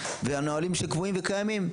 נהלים שקבועים וקיימים.